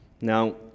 Now